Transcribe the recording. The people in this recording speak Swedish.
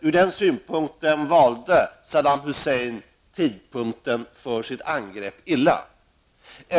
Ur den synpunkten valde Saddam Hussein tidpunkten för sitt angrepp illa.